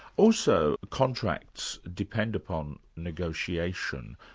also, contracts depend upon negotiation,